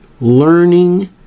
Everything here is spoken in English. learning